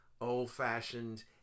old-fashioned